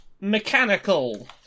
Mechanical